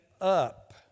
up